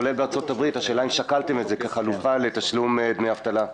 כולל גם בארצות הברית - השאלה אם שקלתם את זה כחלופה לתשלום דמי אבטלה.